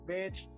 Bitch